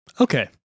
Okay